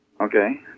Okay